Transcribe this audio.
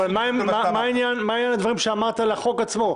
אבל מה עם הדברים שאמרת לעניין החוק עצמו?